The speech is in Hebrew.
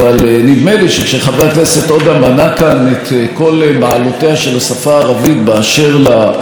של השפה הערבית באשר להיותה שפתם של אלה ואלה ואחרים,